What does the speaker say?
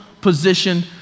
position